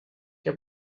què